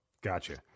Gotcha